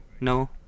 No